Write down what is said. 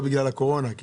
קורונה.